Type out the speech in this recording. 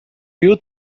you